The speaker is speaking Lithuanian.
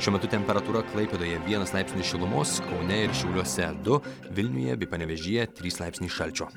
šiuo metu temperatūra klaipėdoje vienas laipsnis šilumos kaune ir šiauliuose du vilniuje bei panevėžyje trys laipsniai šalčio